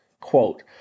Quote